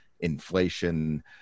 inflation